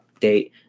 update